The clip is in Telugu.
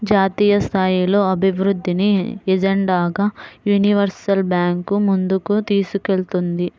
జాతీయస్థాయిలో అభివృద్ధిని ఎజెండాగా యూనివర్సల్ బ్యాంకు ముందుకు తీసుకెళ్తుంది